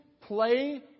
play